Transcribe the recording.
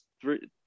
three